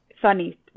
funny